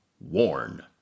WARN